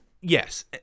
yes